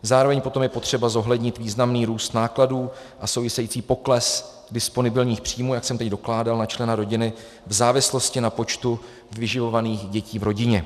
Zároveň potom je potřeba zohlednit významný růst nákladů a související pokles disponibilních příjmů, jak jsem teď dokládal, na člena rodiny v závislosti na počtu vyživovaných dětí v rodině.